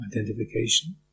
identification